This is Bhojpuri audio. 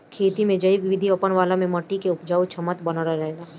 खेती में जैविक विधि अपनवला से माटी के उपजाऊ क्षमता बनल रहेला